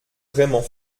vraiment